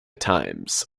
times